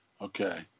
Okay